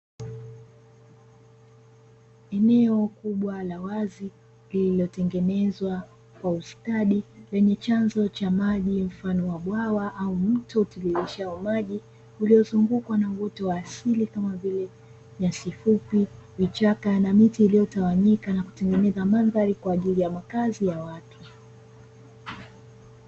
Eneo kubwa la wazi, lililotengenezwa kwa ustadi lenye chanzo cha maji mfano wa bwawa au mto utiririshao maji, uliozungukwa na uoto wa asili kama vile; nyasi fupi, vichaka na miti iliyotawanyika na kutengeneza mandhari kwa ajili ya makazi ya watu.